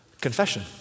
confession